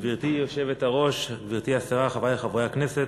גברתי היושבת-ראש, גברתי השרה, חברי חברי הכנסת,